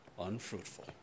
unfruitful